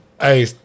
Hey